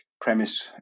premise